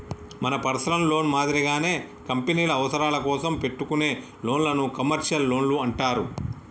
మన personal loan మాదిరిగానే కంపెనీల అవసరాల కోసం పెట్టుకునే లోన్లను కమర్షియల్ లోన్లు అంటారు